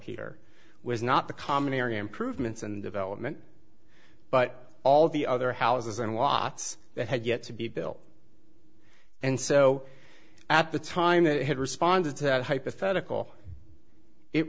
heater was not the common area improvements and development but all the other houses and watts that had yet to be built and so at the time that had responded to that hypothetical it